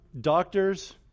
doctors